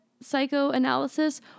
psychoanalysis